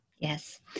Yes